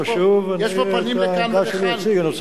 יש פה פנים לכאן ולכאן.